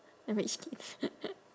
a rich kid